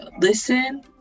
listen